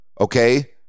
okay